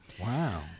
Wow